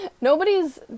Nobody's